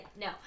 no